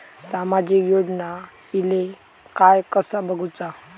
सामाजिक योजना इले काय कसा बघुचा?